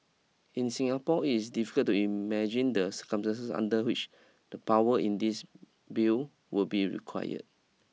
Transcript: in Singapore it is difficult to imagine the circumstances under which the power in this bill would be required